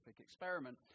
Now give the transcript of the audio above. experiment